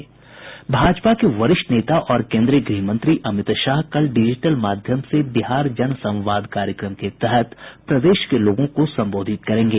भाजपा के वरिष्ठ नेता और केंद्रीय गृह मंत्री अमित शाह कल डिजिटल माध्यम से बिहार जन संवाद कार्यक्रम के तहत प्रदेश के लोगों को संबोधित करेंगे